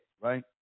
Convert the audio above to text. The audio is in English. right